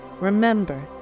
Remember